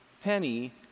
penny